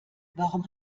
warum